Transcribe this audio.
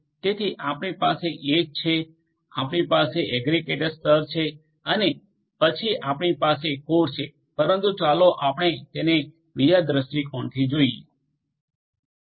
તેથી આપણી પાસે એજ છે આપણી પાસે એગ્રીગેટર સ્તર છે અને પછી આપણી પાસે કોર છે પરંતુ ચાલો આપણે તેને બીજા દ્રષ્ટિકોણથી જોઈએ